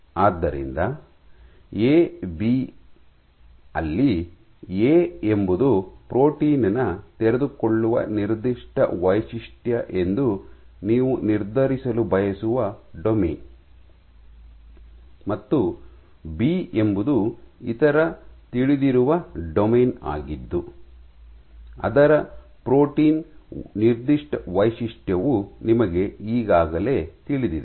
ಆದ್ದರಿಂದ A B ಅಲ್ಲಿ A ಎಂಬುದು ಪ್ರೋಟೀನ್ ನ ತೆರೆದುಕೊಳ್ಳುವ ನಿರ್ದಿಷ್ಟ ವೈಶಿಷ್ಟ್ಯ ಎಂದು ನೀವು ನಿರ್ಧರಿಸಲು ಬಯಸುವ ಡೊಮೇನ್ ಮತ್ತು ಬಿ ಎಂಬುದು ಇತರ ತಿಳಿದಿರುವ ಡೊಮೇನ್ ಆಗಿದ್ದು ಅದರ ಪ್ರೋಟೀನ್ ನಿರ್ದಿಷ್ಟ ವೈಶಿಷ್ಟ್ಯವು ನಿಮಗೆ ಈಗಾಗಲೇ ತಿಳಿದಿದೆ